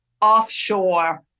offshore